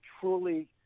truly